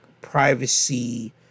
privacy